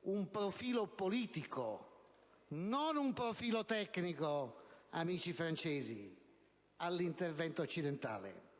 un profilo politico (non tecnico, amici francesi) all'intervento occidentale.